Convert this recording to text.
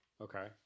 Okay